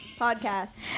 podcast